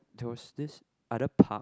there was this other park